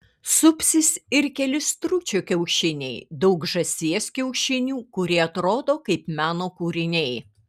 supsis ir keli stručio kiaušiniai daug žąsies kiaušinių kurie atrodo kaip meno kūriniai